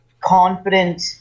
confident